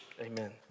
Amen